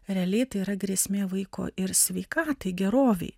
realiai tai yra grėsmė vaiko ir sveikatai gerovei